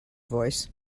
voice